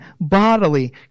bodily